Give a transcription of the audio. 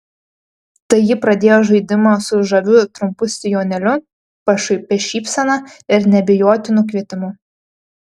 tai ji pradėjo žaidimą su žaviu trumpu sijonėliu pašaipia šypsena ir neabejotinu kvietimu